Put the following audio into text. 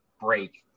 break